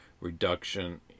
reduction